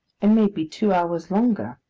and may be two hours longer.